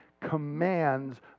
commands